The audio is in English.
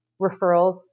referrals